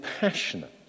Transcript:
passionate